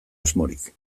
asmorik